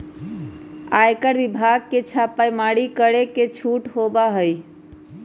आयकर विभाग के छापेमारी करे के छूट होबा हई